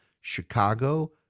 Chicago